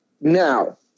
Now